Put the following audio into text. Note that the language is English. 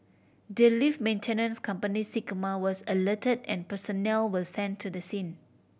the lift maintenance company Sigma was alerted and personnel were sent to the scene